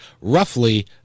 roughly